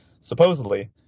supposedly